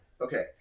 Okay